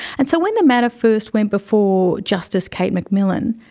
and so when the matter first went before justice kate macmillan,